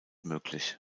möglich